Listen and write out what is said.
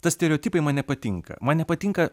tas stereotipai man nepatinka man nepatinka